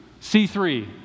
C3